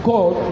God